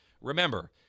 Remember